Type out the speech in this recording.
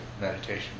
meditation